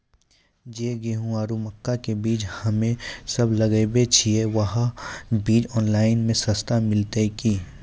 जे गेहूँ आरु मक्का के बीज हमे सब लगावे छिये वहा बीज ऑनलाइन मे सस्ता मिलते की?